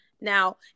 Now